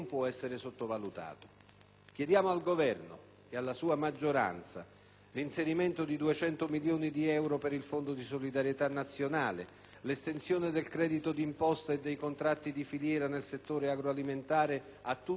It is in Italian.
Chiediamo al Governo e alla sua maggioranza l'inserimento di 200 milioni di euro per il Fondo di solidarietà nazionale, l'estensione del credito di imposta e dei contratti di filiera nel settore agroalimentare a tutto il territorio nazionale,